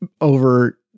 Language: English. over